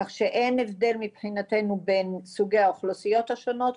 כך שאין הבדל מבחינתנו בין סוגי האוכלוסיות השונות,